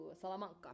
Salamanca